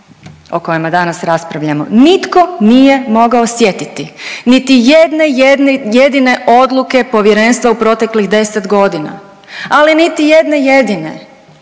o kojima danas raspravljamo nitko nije mogao sjetiti niti jedne jedine odluke povjerenstva u proteklih 10 godina, ali niti jedne jedine,